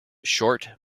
short